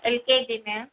LKG ma'am